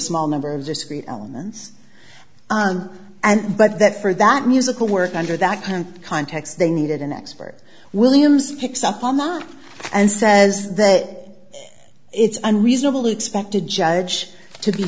small number of discrete elements and but that for that musical work under that kind of context they needed an expert williams picks up on law and says that it's unreasonable to expect a judge to be